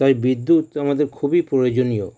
তাই বিদ্যুৎ আমাদের খুবই প্রয়োজনীয়